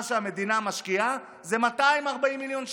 מה שהמדינה משקיעה זה 240 מיליון שקל.